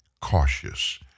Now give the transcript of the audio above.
cautious